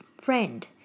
friend